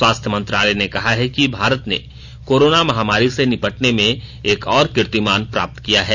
स्वास्थ्य मंत्रालय ने कहा है कि भारत ने कोरोना महामारी से निपटने में एक और कीर्तिमान प्राप्त किया है